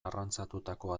arrantzatutako